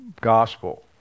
gospel